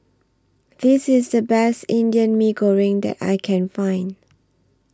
This IS The Best Indian Mee Goreng that I Can Find